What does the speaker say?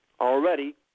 already